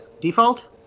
default